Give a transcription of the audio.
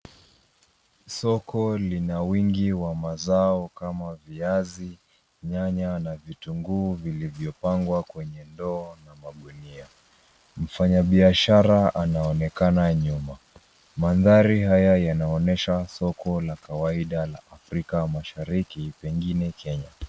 Soko lina wingi wa mazao kama viazi, nyanya na vitunguu vilivyopangwa kwenye ndoo na magunia. Mfanyabiashara anaonekana nyuma. Mandhari haya yanaonyesha soko la kawaida la Afrika Mashariki pengine Kenya.